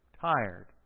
tired